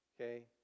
okay